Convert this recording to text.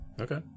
Okay